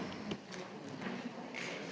Hvala.